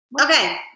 Okay